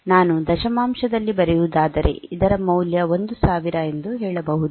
ನಾನು ದಶಮಾಂಶದಲ್ಲಿ ಬರೆಯುವುದಾದರೆ ಇದರ ಮೌಲ್ಯ ಒಂದು ಸಾವಿರ ಎಂದು ಹೇಳಬಹುಧು